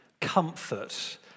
Comfort